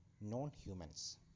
non-humans